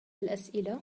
الأسئلة